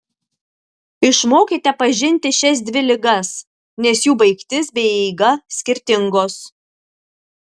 išmokite pažinti šias dvi ligas nes jų baigtis bei eiga skirtingos